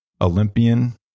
Olympian